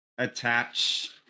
attach